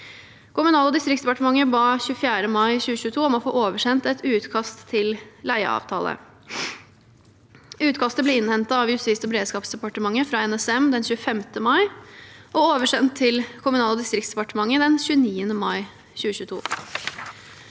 Kommunal- og distriktsdepartementet ba 24. mai 2022 om å få oversendt et utkast til leieavtale. Utkastet ble innhentet av Justis- og beredskapsdepartementet fra NSM den 25. mai og oversendt til Kommunal- og distriktsdepartementet den 29. mai 2022.